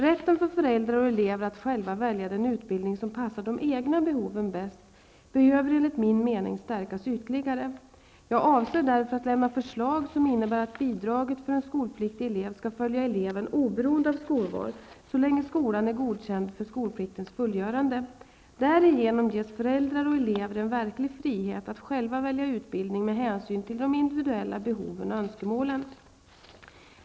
Rätten för föräldrar och elever att själva välja den utbildning som passar de egna behoven bäst behöver, enligt min mening, stärkas ytterligare. Jag avser därför att lämna förslag som innebär att bidraget för en skolpliktig elev skall följa eleven oberoende av skolval -- så länge skolan är godkänd för skolpliktens fullgörande. Därigenom ges föräldrar och elever en verklig frihet att själva välja utbildning med hänsyn till de individuella behoven och önskemålen.